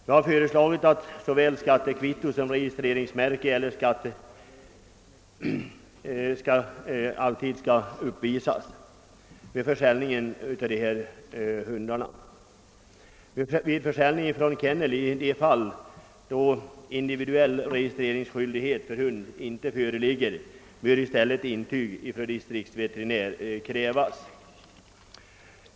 Vi har föreslagit att såväl skattekvitto som registreringsmärke alltid skall uppvisas vid försäljning av hundar. Vid försäljning från kennel bör i de fall, då individuell registreringsskyldighet för hund ej föreligger, i stället krävas intyg från distriktsveterinären.